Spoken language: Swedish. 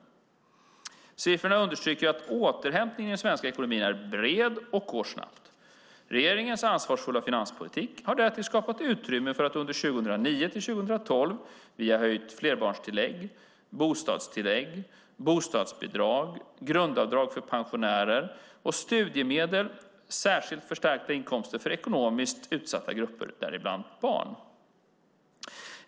Siffrorna understryker att återhämtningen i den svenska ekonomin är bred och går snabbt. Regeringens ansvarsfulla finanspolitik har därtill skapat utrymme för att under 2009-2012, via höjt flerbarnstillägg, bostadstillägg, bostadsbidrag, grundavdrag för pensionärer och studiemedel, särskilt förstärka inkomsterna för ekonomiskt utsatta grupper, däribland barn.